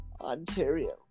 Ontario